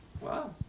Wow